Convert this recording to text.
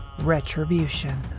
retribution